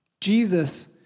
Jesus